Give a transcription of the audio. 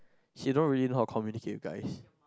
she don't really know how to communicate with guys